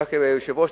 היושב-ראש,